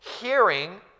hearing